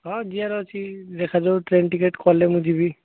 ହଁ ଯିବାର ଅଛି ଦେଖାଯାଉ ଟ୍ରେନ୍ ଟିକେଟ୍ କଲେ ମୁଁ ଯିବି